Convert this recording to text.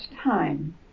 time